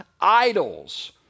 idols